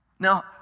Now